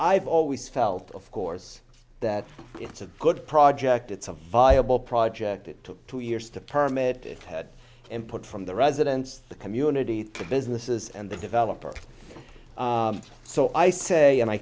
i've always felt of course that it's a good project it's a viable project it took two years to permit head and put from the residents the community the businesses and the developer so i say and i